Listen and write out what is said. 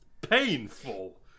painful